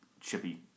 chippy